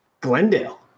Glendale